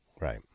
Right